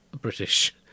British